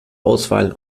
auswahl